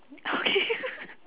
okay